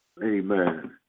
Amen